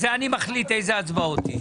אני מחליט איזה הצבעות יהיה.